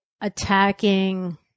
attacking